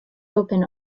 open